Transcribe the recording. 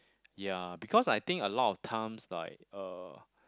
ya because I think a lot of times like uh